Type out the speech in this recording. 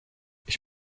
ich